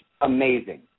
amazing